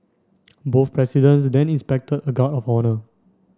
both presidents then inspected a guard of honour